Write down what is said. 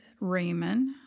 Raymond